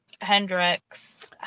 Hendrix